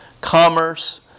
commerce